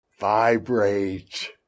Vibrate